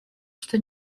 что